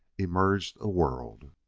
emerged a world.